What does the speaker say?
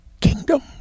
Kingdom